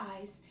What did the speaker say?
eyes